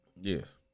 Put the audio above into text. Yes